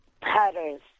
patterns